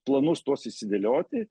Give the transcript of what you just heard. planus tuos išsidėlioti